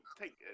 take